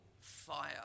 fire